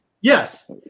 Yes